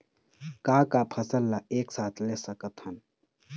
का का फसल ला एक साथ ले सकत हन?